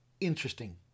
interesting